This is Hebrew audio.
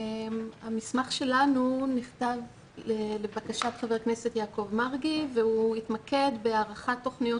המסמך שלנו נכתב לבקשת ח"כ יעקב מרגי והוא התמקד בהערכת תכניות